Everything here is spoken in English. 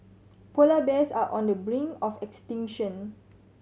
polar bears are on the brink of extinction